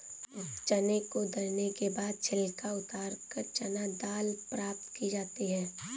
चने को दरने के बाद छिलका उतारकर चना दाल प्राप्त की जाती है